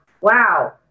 wow